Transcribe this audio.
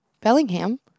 Bellingham